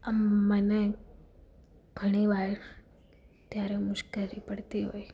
મને ઘણીવાર ત્યારે મુશ્કેલી પડતી હોય